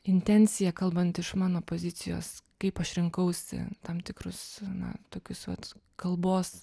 intencija kalbant iš mano pozicijos kaip aš rinkausi tam tikrus na tokius vat kalbos